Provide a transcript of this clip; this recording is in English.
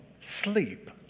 sleep